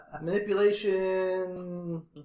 Manipulation